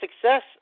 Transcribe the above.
success